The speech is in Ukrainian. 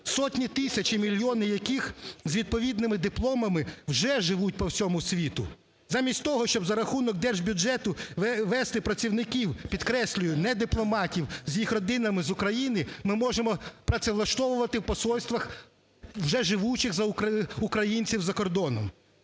сотні тисяч і мільйони яких з відповідними дипломами вже живуть по всьому світу. Замість того, щоб за рахунок держбюджету ввести працівників, підкреслюю, не дипломатів з їх родинами з України, ми можемо працевлаштовувати в посольствах вже живучих українців за кордоном.